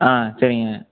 ஆ சரிங்க